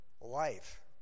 life